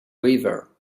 river